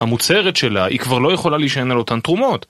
המוצהרת שלה היא כבר לא יכולה להישען על אותן תרומות